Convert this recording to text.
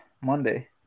Monday